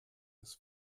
ist